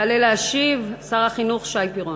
יעלה להשיב שר החינוך שי פירון.